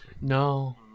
No